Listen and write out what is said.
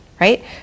right